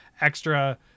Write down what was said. extra